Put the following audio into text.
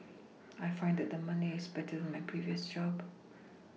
I find that the money is better than my previous job